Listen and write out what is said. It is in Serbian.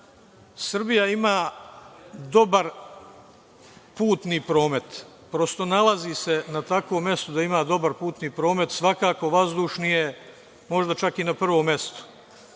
nameru. Srbija ima dobar putni promet. Prosto, nalazi se na takvom mestu da ima dobar putni promet, svakako vazdušni je, možda čak, i na prvom mestu